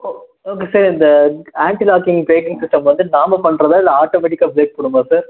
ஓ okay sir இந்த anti locking braking system வந்து நாம பண்ணுறதா இல்லை ஆட்டோமேடிக்காக ப்ரேக் போடுமா சார்